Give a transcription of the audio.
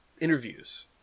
interviews